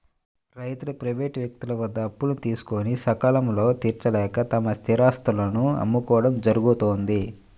రైతులు ప్రైవేటు వ్యక్తుల వద్ద అప్పులు తీసుకొని సకాలంలో తీర్చలేక తమ స్థిరాస్తులను అమ్ముకోవడం జరుగుతోంది